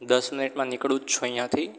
દસ મિનિટમાં નિકળું જ છું અહીંયાથી